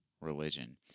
religion